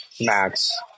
Max